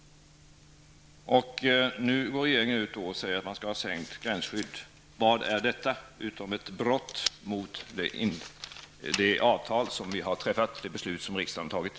Nu går regeringen ut och säger att man skall sänka gränsskyddet. Vad är detta, om inte ett brott mot det avtal som vi har träffat och det beslut som riksdagen har fattat.